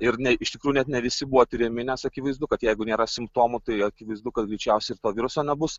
ir ne iš tikrųjų net ne visi buvo tiriami nes akivaizdu kad jeigu nėra simptomų tai akivaizdu kad greičiausiai ir to viruso nebus